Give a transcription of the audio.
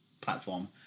platform